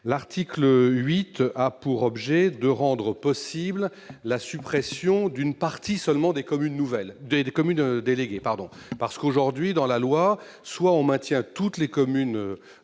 8 rectifié vise à rendre possible la suppression d'une partie seulement des communes déléguées. Aujourd'hui, dans la loi, soit on maintient toutes les communes